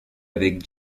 avec